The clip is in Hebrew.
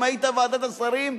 אם היית בוועדת השרים.